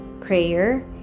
Prayer